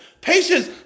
Patience